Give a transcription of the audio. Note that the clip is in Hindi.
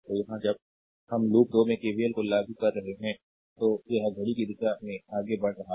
तो यहाँ जब हम लूप 2 में KVL को लागू कर रहे हैं तो यह घड़ी की दिशा में आगे बढ़ रहा है